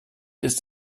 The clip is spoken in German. ist